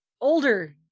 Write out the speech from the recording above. older